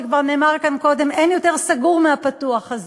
כשכבר נאמר כאן קודם שאין יותר סגור מהפתוח הזה?